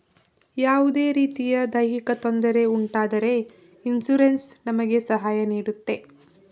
ಯಾವುದೇ ರೀತಿಯ ದೈಹಿಕ ತೊಂದರೆ ಉಂಟಾದರೆ ಇನ್ಸೂರೆನ್ಸ್ ನಮಗೆ ಸಹಾಯ ನೀಡುತ್ತೆ